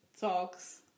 Talks